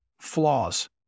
flaws